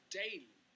daily